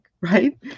right